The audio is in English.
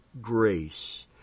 grace